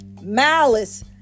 Malice